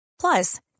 Plus